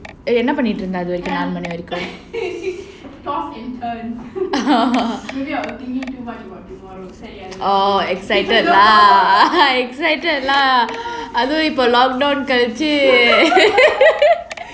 என்ன பண்ணிட்டுருந்த அதுவரைக்கும் நாலு மணி வரைக்கும்:enna pannitruntha adhuvaraikkum naalu mani varaikkum orh excited lah excited lah அதுவும் இப்போ:adhuvum ippo lockdown கழிச்சி:kazhichi